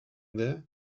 there